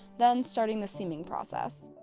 then starting the seaming process.